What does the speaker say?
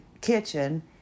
kitchen